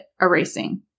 erasing